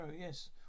yes